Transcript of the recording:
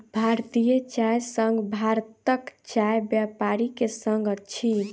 भारतीय चाय संघ भारतक चाय व्यापारी के संग अछि